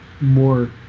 more